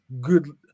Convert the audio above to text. Good